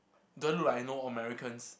do I look like I know all Americans